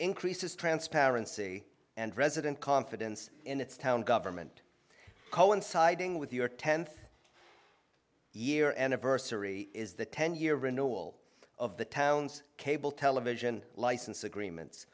increases transparency and resident confidence in its town government coinciding with your tenth year anniversary is the ten year renewal of the town's cable television license agreements